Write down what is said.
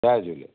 जय झूले